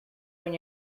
when